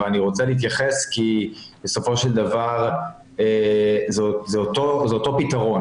אבל אני רוצה להתייחס כי בסופו של דבר זה אותו פתרון,